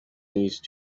these